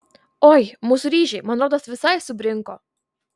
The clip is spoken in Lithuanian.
oi mūsų ryžiai man rodos visai subrinko